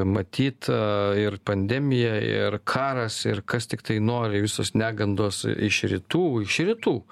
matyt ir pandemija ir karas ir kas tiktai nori visos negandos iš rytų iš rytų